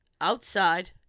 outside